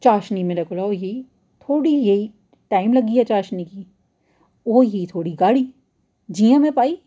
पर चाश्ऩी मेरे कोला होई गेई थोह्ड़ी जेही टाइम लग्गी गेआ चाश्नी गी ओह् होई गेई थोह्ड़ी गाढ़ी जि'यां में पाई